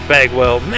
Bagwell